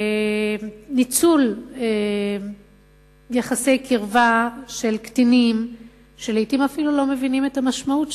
ניצול יחסי קרבה של קטינים שלעתים אפילו לא מבינים את המשמעות,